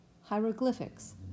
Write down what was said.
hieroglyphics